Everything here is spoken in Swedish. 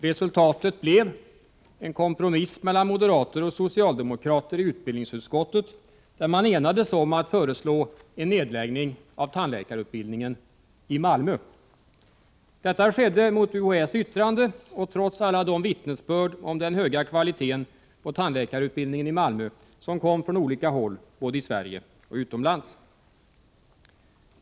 Resultatet blev en kompromiss mellan moderater och socialdemokrater i utbildningsutskottet, där man enades om att föreslå en nedläggning av tandläkarutbildningen i Malmö. Detta skedde mot UHÄ:s yttrande och trots alla de vittnesbörd om den höga kvaliteten på tandläkarutbildningen i Malmö som kom från olika håll både i Sverige och utomlands.